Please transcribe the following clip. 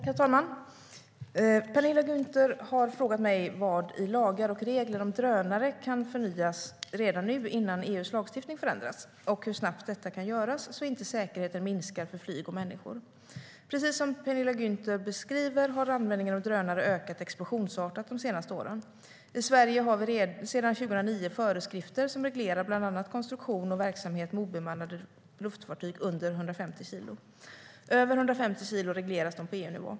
Herr talman! Penilla Gunther har frågat mig vad i lagar och regler om drönare kan förnyas redan nu innan EU:s lagstiftning förändras, och hur snabbt detta kan göras så inte säkerheten minskar för flyg och människor. Precis som Penilla Gunther beskriver har användningen av drönare ökat explosionsartat de senaste åren. I Sverige har vi sedan 2009 föreskrifter som reglerar bland annat konstruktion och verksamhet med obemannade luftfartyg under 150 kilo. Över 150 kilo regleras de på EU-nivå.